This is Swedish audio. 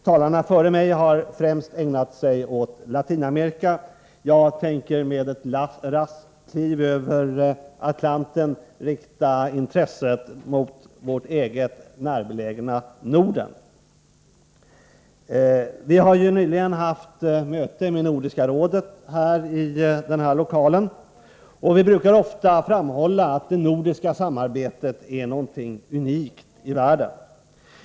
Talarna före mig har främst ägnat sig åt Latinamerika. Jag tänker med ett raskt kliv över Atlanten rikta intresset mot vårt eget Norden. Vi har nyligen haft ett möte med Nordiska rådet i dessa lokaler. Vi brukar ofta framhålla att det nordiska samarbetet är någonting unikt i världen.